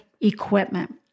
equipment